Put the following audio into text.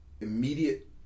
immediate